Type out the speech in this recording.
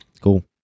cool